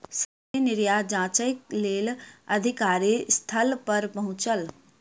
सामग्री निर्यात जांचक लेल अधिकारी स्थल पर पहुँचल